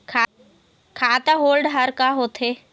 खाता holder का होथे?